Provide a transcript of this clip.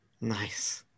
nice